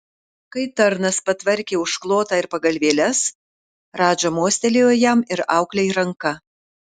kai tarnas patvarkė užklotą ir pagalvėles radža mostelėjo jam ir auklei ranka